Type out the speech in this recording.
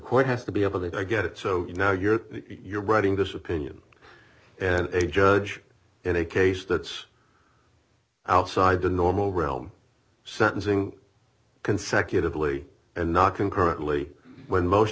court has to be able to get it so now you're you're writing this opinion and a judge in a case that's outside the normal realm sentencing consecutively and not concurrently when most